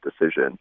decision